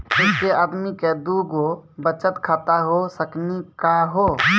एके आदमी के दू गो बचत खाता हो सकनी का हो?